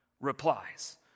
replies